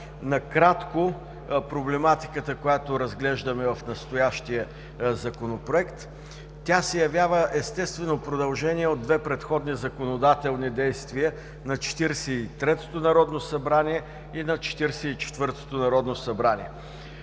накратко проблематиката, която разглеждаме в настоящия Законопроект. Тя се явява естествено продължение от две предходни законодателни действия на Четиридесет и третото народно събрание